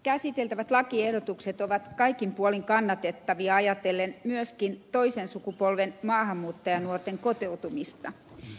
käsiteltävät lakiehdotukset ovat kaikin puolin kannatettavia ajatellen myöskin toisen sukupolven maahanmuuttajanuorten kotoutumista